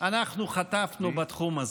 אנחנו חטפנו בתחום הזה.